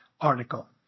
article